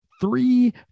Three